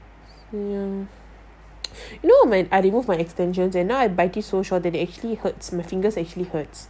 mm you know when I removed my extensions and now I bite it so short they actually hurts my fingers actually hurts